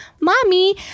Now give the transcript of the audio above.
mommy